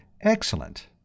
Excellent